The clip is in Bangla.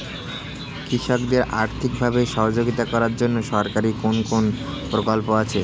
কৃষকদের আর্থিকভাবে সহযোগিতা করার জন্য সরকারি কোন কোন প্রকল্প আছে?